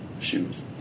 shoes